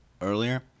earlier